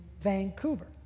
Vancouver